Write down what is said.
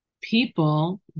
people